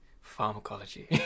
pharmacology